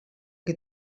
che